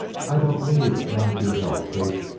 i don't need none of your help, kate.